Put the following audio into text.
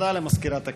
הודעה למזכירת הכנסת.